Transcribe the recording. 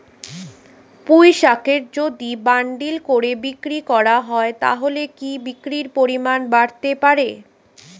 পুঁইশাকের যদি বান্ডিল করে বিক্রি করা হয় তাহলে কি বিক্রির পরিমাণ বাড়তে পারে?